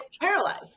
Paralyzed